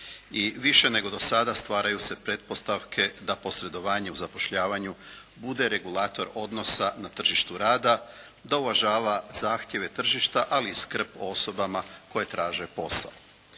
više nego do sada stvaraju se pretpostavke da posredovanjem zapošljavanju bude regulator odnosa na tržištu rada, da uvažava zahtjeve tržišta, ali i skrb o osobama koje traže posao.